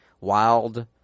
wild